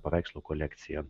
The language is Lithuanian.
paveikslų kolekciją